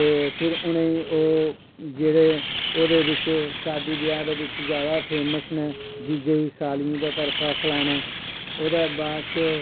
ते फिर उनेईं ओह् जेह्ड़े ओह्दे बिच्च शादी ब्याह् दे बिच्च जादा फेमस नै जीजेई सालियें दी तरफा खलाना ओह्दै बाद च